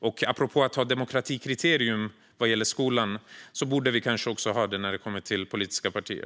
Och apropå att ha demokratikriterium vad gäller skolan: Vi borde kanske också ha det när det kommer till politiska partier.